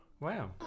wow